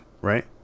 Right